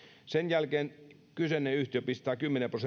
sen jälkeen kyseinen yhtiö pistää